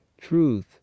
truth